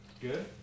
good